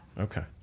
Okay